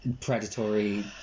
predatory